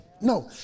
No